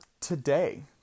today